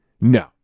No